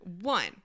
One